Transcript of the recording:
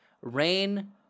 Rain